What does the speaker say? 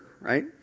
right